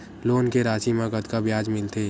Loan के राशि मा कतका ब्याज मिलथे?